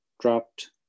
Dropped